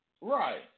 right